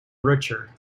richer